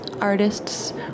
artists